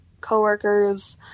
coworkers